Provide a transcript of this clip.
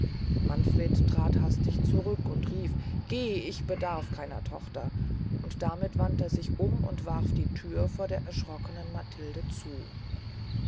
manfred trat hastig zurück und rief geh ich bedarf keiner tochter und damit wandte er sich um und warf die thür vor der erschrockenen matilde zu